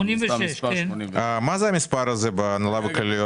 86 מה המספר הזה בהנהלה וכלליות?